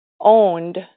owned